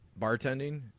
bartending